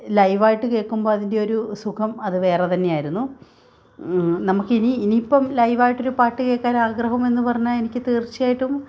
live ആയിട്ട് കേള്ക്കുമ്പോള് അതിന്റെ ഒരു സുഖം അത് വെറേ തന്നെയായിരുന്നു നമുക്ക് ഇനി ഇനി ഇപ്പം ഇനി ഇനി ലൈവ് ആയിട്ട് ഒരു പാട്ട് കേൾക്കാൻ ആഗ്രഹം എന്നു പറഞ്ഞാല് എനിക്ക് തീര്ച്ചയായിട്ടും